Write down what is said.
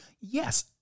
Yes